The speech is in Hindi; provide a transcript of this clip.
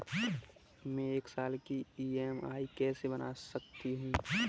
मैं एक साल की ई.एम.आई कैसे बना सकती हूँ?